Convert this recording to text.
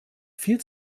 viel